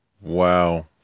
Wow